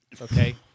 Okay